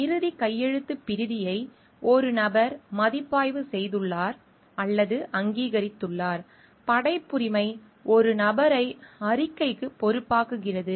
இறுதி கையெழுத்துப் பிரதியை ஒரு நபர் மதிப்பாய்வு செய்துள்ளார் அல்லது அங்கீகரித்துள்ளார் படைப்புரிமை ஒரு நபரை அறிக்கைக்கு பொறுப்பாக்குகிறது